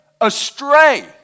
astray